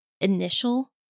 initial